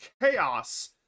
Chaos